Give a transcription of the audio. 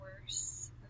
worse